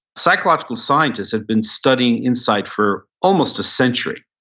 psychological scientists have been studying insight for almost a century.